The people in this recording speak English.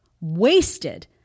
wasted